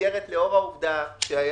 אני